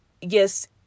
yes